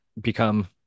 become